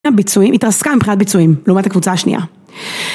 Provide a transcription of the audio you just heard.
התרסקה מבחינת ביצועים לעומת הקבוצה השנייה